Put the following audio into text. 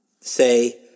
say